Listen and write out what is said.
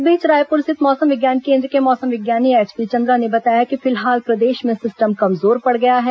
इस बीच रायपुर स्थित मौसम विज्ञान केन्द्र के मौसम विज्ञानी एचपी चन्द्रा ने बताया कि फिलहाल प्रदेश में सिस्टम कमजोर पड़ गया है